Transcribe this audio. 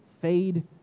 fade